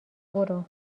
برو